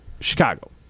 Chicago